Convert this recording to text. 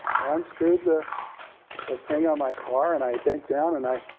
i unscrew the the thing on my car, and i bent down, and i,